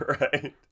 Right